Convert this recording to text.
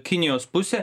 kinijos pusė